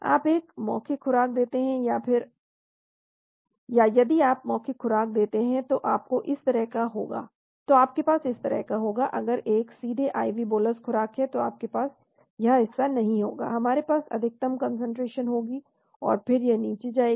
आप एक मौखिक खुराक देते हैं या यदि आप मौखिक खुराक देते हैं तो आपके पास इस तरह का होगा अगर यह एक सीधे IV बोलस खुराक है तो आपके पास यह हिस्सा नहीं होगा हमारे पास अधिकतम कंसंट्रेशन होगी और फिर यह नीचे जाएगी